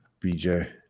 BJ